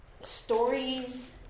stories